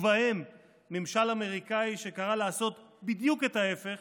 ובהם ממשל אמריקאי, שקרא לעשות בדיוק את ההפך,